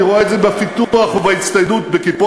אני רואה את זה בפיתוח ובהצטיידות ב"כיפות